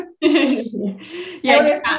Yes